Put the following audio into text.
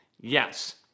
Yes